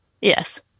Yes